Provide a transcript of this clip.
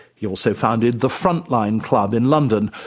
he also founded the frontline club in london,